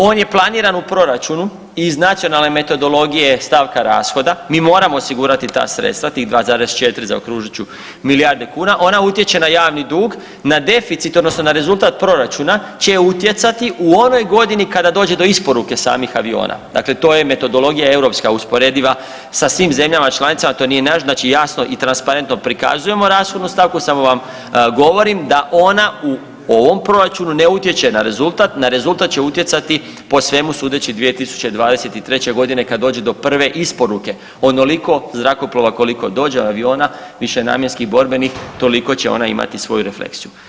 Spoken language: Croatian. On je planiran u proračunu i iz nacionalne metodologije stavka rashoda mi moramo osigurati ta sredstva, tih 2,4 zaokružit ću milijarde kuna, ona utječe na javni dug, na deficit odnosno na rezultat proračuna će utjecati u onoj godini kada dođe do isporuke samih aviona, dakle to je metodologija europska usporediva sa svim zemljama članicama, to nije naš, znači jasno i transparentno prikazujemo rashodnu stavku samo vam govorim da ona u ovom proračunu ne utječe na rezultat, na rezultat će utjecati po svemu sudeći 2023.g. kad dođe do prve isporuke onoliko zrakoplova koliko dođe aviona višenamjenskih borbenih toliko će ona imati svoju refleksiju.